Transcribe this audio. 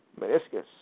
meniscus